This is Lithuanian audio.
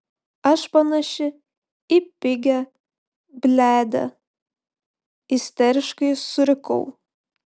aš panaši į pigią bliadę isteriškai surikau